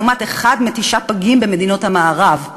לעומת אחד מתשעה פגים במדינות המערב.